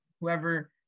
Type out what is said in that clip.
whoever